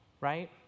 Right